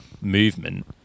movement